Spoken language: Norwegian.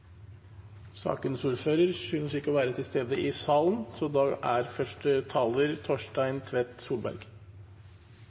Sakens ordfører synes ikke å være til stede i salen, så da er første taler Torstein